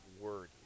word